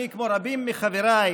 אני, כמו רבים מחבריי,